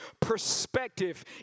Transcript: perspective